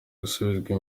gusubizwa